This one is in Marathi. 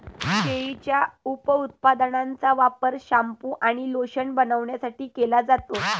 शेळीच्या उपउत्पादनांचा वापर शॅम्पू आणि लोशन बनवण्यासाठी केला जातो